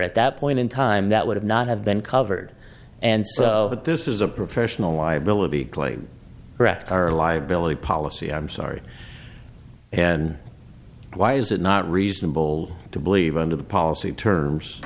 at that point in time that would not have been covered and so this is a professional liability glee brecht our liabilities policy i'm sorry and why is it not reasonable to believe under the policy terms